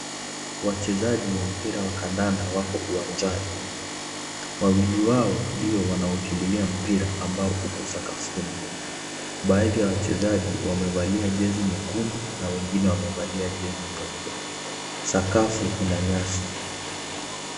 Wachezaji wa mpira wa kandanda wako uwanjani, wawili wao ndio wanaokimbilia mpira ambao uko sakafuni. Baadhi ya wachezaji wamevalia jezi nyekundu na wengine wamevalia jjezi nyeupe. Sakafu ina nyasi.